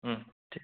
হুম ঠিক